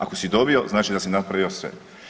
Ako si dobio znači da si napravio sve.